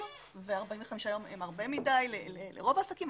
ו-45 ימים הם הרבה מדי לרוב העסקים,